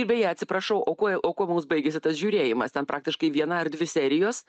beje atsiprašau o kuo o kuo mums baigėsi tas žiūrėjimas ten praktiškai viena ar dvi serijos